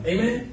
Amen